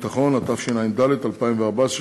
הודעה שנייה: אדוני היושב-ראש,